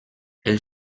elle